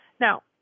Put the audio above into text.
Now